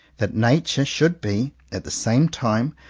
that nature should be, at the same time,